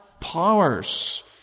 powers